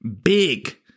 big